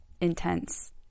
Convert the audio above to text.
intense